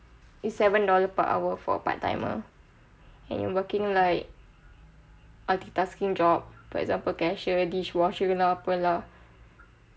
it's seven dollar per hour for a part timer and you're working like multitasking job for example cashier dish washer lah apa lah